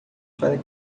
para